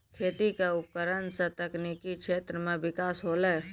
खेती क उपकरण सें तकनीकी क्षेत्र में बिकास होलय